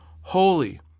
holy